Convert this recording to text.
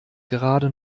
gerade